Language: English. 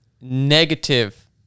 negative